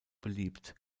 beliebt